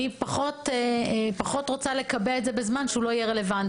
אני פחות רוצה לקבע את זה בזמן שהוא לא יהיה רלוונטי